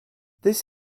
this